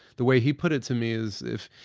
the way he put it to me is if,